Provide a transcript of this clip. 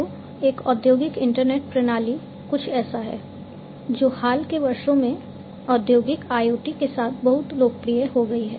तो एक औद्योगिक इंटरनेट प्रणाली कुछ ऐसा है जो हाल के वर्षों में औद्योगिक IoT के साथ बहुत लोकप्रिय हो गई है